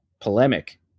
Polemic